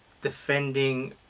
defending